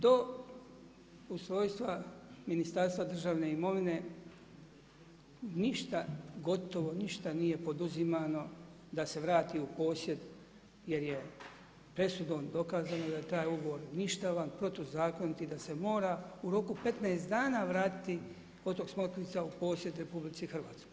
Do ustrojstva Ministarstva državne imovine ništa, gotovo ništa nije poduzimano da se vrati u posjed jer je presudom dokazano da je taj ugovor ništavan, protuzakonit i da se mora u roku 15 dana vratiti otok Smokvica u posjed RH.